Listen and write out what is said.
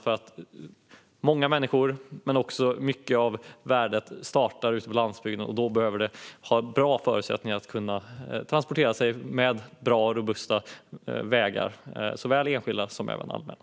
För många människor startar värdet på landsbygden, och de behöver bra förutsättningar för att transportera sig på bra och robusta vägar, såväl enskilda som allmänna.